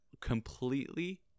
completely